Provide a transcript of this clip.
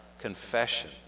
confession